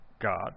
God